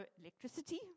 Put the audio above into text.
electricity